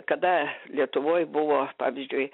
kada lietuvoj buvo pavyzdžiui